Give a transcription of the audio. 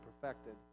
perfected